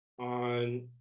on